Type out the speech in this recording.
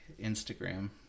Instagram